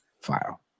file